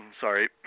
sorry